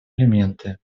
элементы